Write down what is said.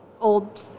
old